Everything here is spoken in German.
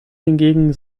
hingegen